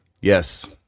Yes